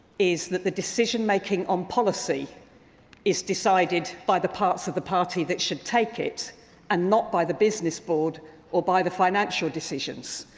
is that the decision-making on policy is decided by the parts of the party that should take it and not by the business board or by the financial decisions.